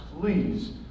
please